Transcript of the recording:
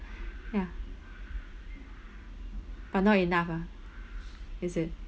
ya but not enough ah is it